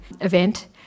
event